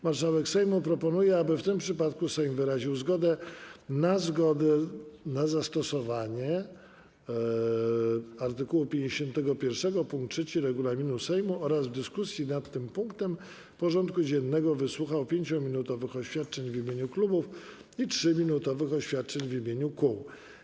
Marszałek Sejmu proponuje, aby w tym przypadku Sejm wyraził zgodę na zastosowanie art. 51 pkt 3 regulaminu Sejmu oraz w dyskusji nad tym punktem porządku dziennego wysłuchał 5-minutowych oświadczeń w imieniu klubów i 3-minutowych oświadczeń w imieniu kół.